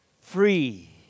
free